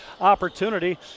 opportunity